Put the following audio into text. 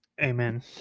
Amen